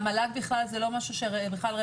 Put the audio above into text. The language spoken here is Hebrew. למל"ג בכלל זה לא משהו שרלוונטי,